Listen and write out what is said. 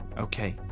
Okay